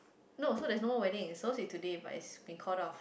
no so there's no more wedding it's supposed to be today but it's been called off